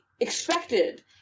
expected